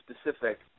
specific